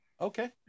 Okay